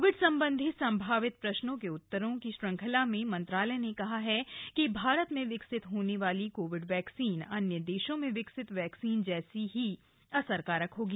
Covid संबंधी संभावित प्रश्नों के उत्तरों की श्रृंखला में मंत्रालय ने कहा है कि भारत में विकसित होने वाली कोविड वक्सीन अन्य देशों में विकसित वक्तसीन जक्री ही असरकारक होगी